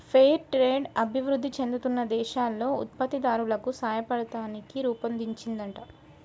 fair trade అభివృధి చెందుతున్న దేశాల్లో ఉత్పత్తి దారులకు సాయపడతానికి రుపొన్దించిందంట